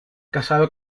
casado